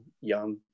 young